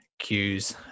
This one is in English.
cues